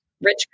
rich